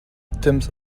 victims